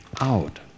Out